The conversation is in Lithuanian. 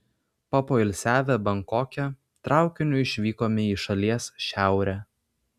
papoilsiavę bankoke traukiniu išvykome į šalies šiaurę